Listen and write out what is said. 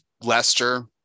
Lester